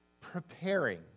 preparing